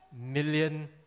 million